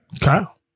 Kyle